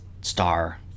star